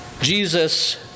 Jesus